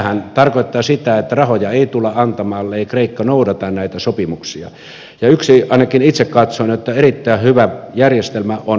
tämähän tarkoittaa sitä että rahoja ei tulla antamaan ellei kreikka noudata näitä sopimuksia ja ainakin itse katson että yksi erittäin hyvä järjestelmä on sulkutilijärjestelmä